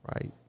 right